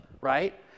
right